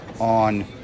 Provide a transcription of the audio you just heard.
on